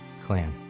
clan